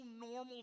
normal